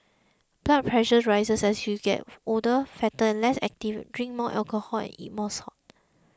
blood pressure rises as you get older fatter less active drink more alcohol and eat more salt